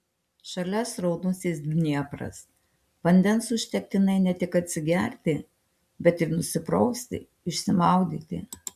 šalia sraunusis dniepras vandens užtektinai ne tik atsigerti bet ir nusiprausti išsimaudyti